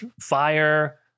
Fire